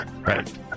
Right